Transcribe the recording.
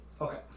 Okay